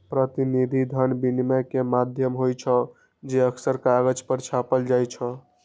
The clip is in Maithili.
प्रतिनिधि धन विनिमय के माध्यम होइ छै, जे अक्सर कागज पर छपल होइ छै